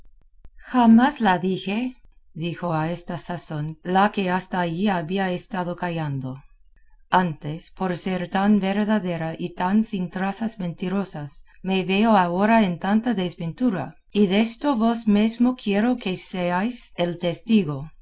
jamás la dije dijo a esta sazón la que hasta allí había estado callandoantes por ser tan verdadera y tan sin trazas mentirosas me veo ahora en tanta desventura y desto vos mesmo quiero que seáis el testigo